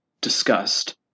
discussed